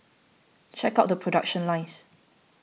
check out the production lines